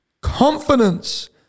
Confidence